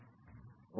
ঠিক আছে